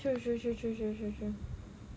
true true true true true true